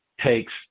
takes